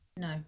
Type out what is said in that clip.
No